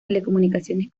telecomunicaciones